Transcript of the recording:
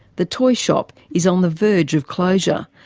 the toyshop is on the verge of closure,